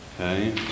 Okay